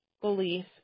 belief